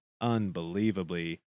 unbelievably